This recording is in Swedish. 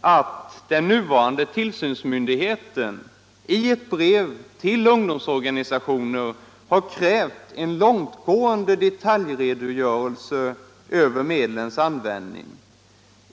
att den nuvarande tillsynsmyndigheten i ett brev till ungdomsorganisationer har krävt en långtgående detaljredogörelse för medlens användning.